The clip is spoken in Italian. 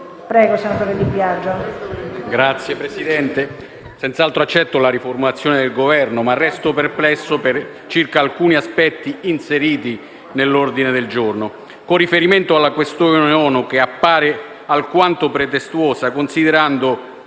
senz'altro accetto la riformulazione del Governo, ma resto perplesso circa alcuni aspetti inseriti nell'ordine del giorno, con riferimento alla questione ONU, che appare alquanto pretestuosa, considerando